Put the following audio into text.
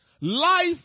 Life